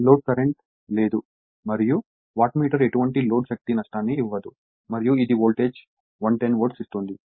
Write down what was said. load current లేదు మరియు wattmeter ఎటువంటి లోడ్ శక్తి నష్టాన్ని ఇవ్వదు మరియు ఇది వోల్టేజ్ 110 వోల్ట్ ఇస్తుంది